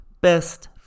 Best